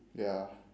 ya